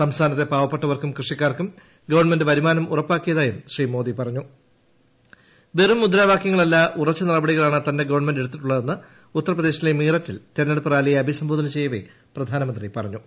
സംസ്ഥാനത്തെ പാവപ്പെട്ടവർക്കും കൃഷിക്കാർക്കും ഗവൺമെന്റ് വരുമാനം ഉറപ്പാക്കിയതായും ശ്രീ മോദി പറഞ്ഞു വെറും മുദ്രാവാക്യങ്ങളല്ല ഉറച്ച നടപടികളാണ് തന്റെ ഗവൺമെന്റ് എടുത്തിട്ടുള്ളതെന്ന് ഉത്തർപ്രദേശിലെ മീററ്റിൽ തെരഞ്ഞെടുപ്പ് റാലിയെ അഭിസംബോധന ചെയ്യവേ പ്രധാനമന്ത്രി പറഞ്ഞു